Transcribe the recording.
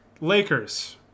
Lakers